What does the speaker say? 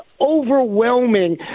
overwhelming